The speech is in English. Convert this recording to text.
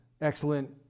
excellent